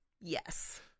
Yes